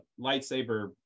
lightsaber